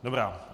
Dobrá.